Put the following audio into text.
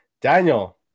Daniel